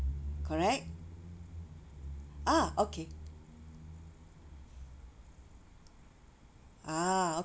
correct ah okay ah